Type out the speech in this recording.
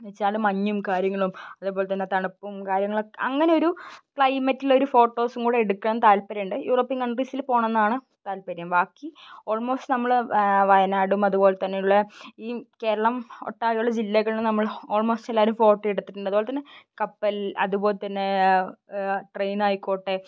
ന്ന് വെച്ചാല് മഞ്ഞും കാര്യങ്ങളും അതേപോലെ തന്നെ തണുപ്പും കാര്യങ്ങളൊക്കെ അങ്ങനെ ഒരു ക്ലൈമറ്റിൽ ഒരു ഫോട്ടോസൂം കൂടെ എടുക്കാൻ താല്പര്യമുണ്ട് യൂറോപ്പ്യൻ കൺട്രീസിൽ പോകണം എന്നാണ് താല്പര്യം ബാക്കി ഓൾമോസ് നമ്മൾ വയനാടും അതുപോലെ തന്നെയുള്ള ഈ കേരളം ഒട്ടാകെയുള്ള ജില്ലകളിൽ നമ്മൾ ഓൾമോസ്റ്റ് എല്ലാവരും ഫോട്ടോ എടുത്തിട്ടുണ്ട് അതുപോലെ തന്നെ കപ്പൽ അതുപോലെ തന്നെ ട്രെയിൻ ആയിക്കോട്ടെ